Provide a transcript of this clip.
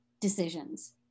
decisions